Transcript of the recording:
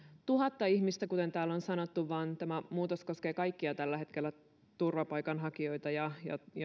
tuhatta ihmistä kuten täällä on sanottu vaan tämä muutos koskee tällä hetkellä kaikkia turvapaikanhakijoita